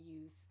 use